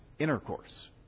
intercourse